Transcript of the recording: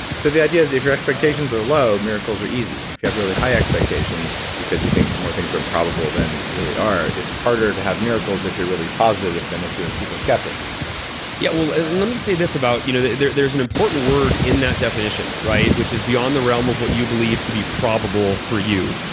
so the idea is if your expectations are low, miracles are easy. and if you have really high expectations because you think more things are probable than really are, it's harder to have miracles if you're really positive than if you're a super skeptic yeah. well, let me say this about, you know there's there's an important word in that definition, which is beyond the realm of what you believe to be probable for you,